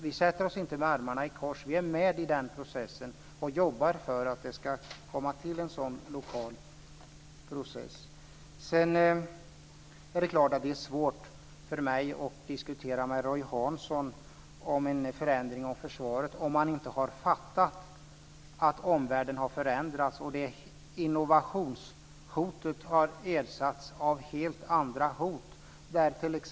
Vi sätter oss inte med armarna i kors, utan vi jobbar för att det ska komma till en sådan lokal process. Det är naturligtvis svårt för mig att diskutera med Roy Hansson om en förändring av försvaret, om han inte har fattat att omvärlden har förändrats, så att invasionshotet har ersatts av helt andra hot.